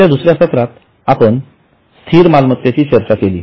आपल्या दुसर्या सत्रात आपण स्थिर मालमत्तेची चर्चा केली